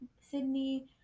sydney